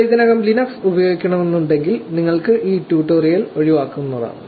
നിങ്ങൾ ഇതിനകം ലിനക്സ് ഉപയോഗിക്കുന്നുണ്ടെങ്കിൽ നിങ്ങൾക്ക് ഈ ട്യൂട്ടോറിയൽ ഒഴിവാക്കാവുന്നതാണ്